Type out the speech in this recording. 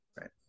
Right